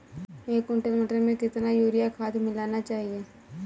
एक कुंटल मटर में कितना यूरिया खाद मिलाना चाहिए?